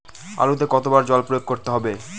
আলুতে কতো বার জল প্রয়োগ করতে হবে?